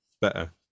better